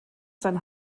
sein